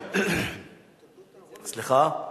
סליחה?